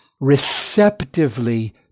receptively